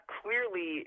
clearly